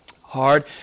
hard